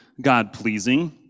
God-pleasing